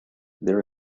there